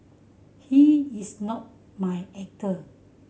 he is not my actor